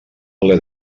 ple